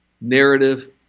narrative